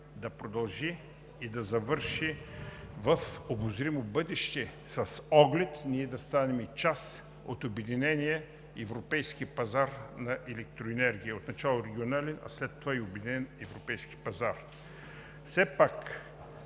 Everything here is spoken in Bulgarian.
да продължи и да завърши в обозримо бъдеще с оглед ние да станем част от обединения европейски пазар на електроенергия – отначало регионален, а след това и обединен европейски пазар. Все пак